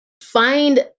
find